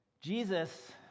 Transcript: Jesus